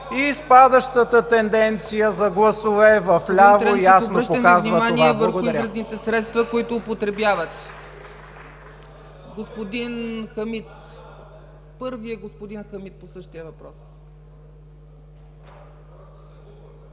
и спадащата тенденция за гласове в ляво ясно показва това.